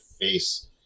face